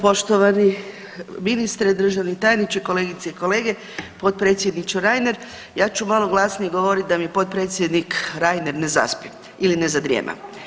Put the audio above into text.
Poštovani ministre, državni tajniče, kolegice i kolege, potpredsjedniče Reiner, ja ću malo glasnije govoriti da mi potpredsjednik Reiner ne zaspi ili ne zadrijema.